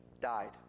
died